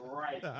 right